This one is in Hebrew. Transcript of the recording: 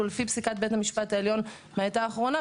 ולפי פסיקת בית המשפט העליון מהעת האחרונה,